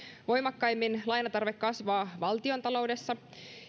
voimakkaimmin lainatarve kasvaa valtiontaloudessa